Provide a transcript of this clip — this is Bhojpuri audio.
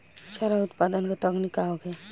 चारा उत्पादन के तकनीक का होखे?